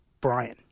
Brian